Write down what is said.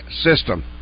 system